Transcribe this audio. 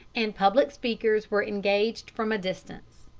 and public speakers were engaged from a distance.